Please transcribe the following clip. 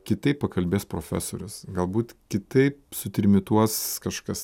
kitaip pakalbės profesorius galbūt kitaip sutrimituos kažkas